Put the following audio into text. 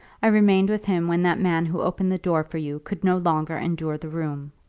i remained with him when that man who opened the door for you could no longer endure the room.